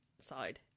side